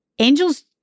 Angels